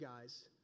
guys